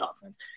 offense